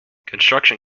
construction